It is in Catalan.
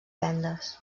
vendes